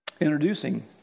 introducing